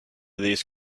these